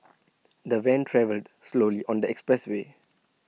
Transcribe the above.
the van travelled slowly on the expressway